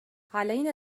علينا